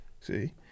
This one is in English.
See